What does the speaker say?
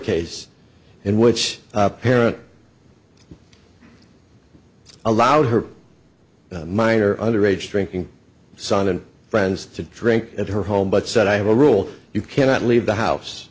case in which a parent allowed her minor underage drinking son and friends to drink at her home but said i have a rule you cannot leave the house